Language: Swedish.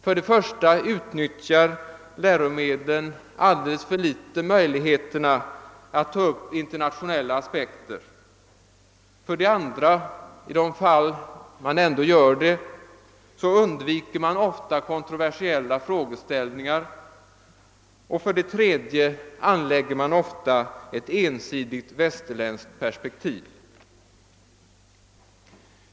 För det första utnyttjar läromedlen alldeles för litet möjligheterna att ta upp internationella aspekter, för det andra undviks ofta, i de fall detta ändå sker, kontroversiella frågeställningar, och för det tredje anlägger man ofta ett ensidigt västerländskt perspektiv.